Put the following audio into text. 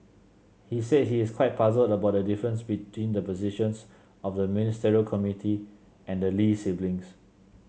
he said he is quite puzzled about the difference between the positions of the Ministerial Committee and the Lee siblings